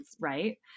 right